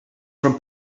from